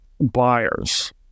buyers